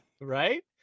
Right